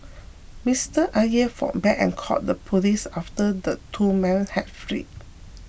Mister Aye fought back and called the police after the two men had fled